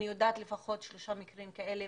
אני יודעת לפחות על שלושה מקרים כאלה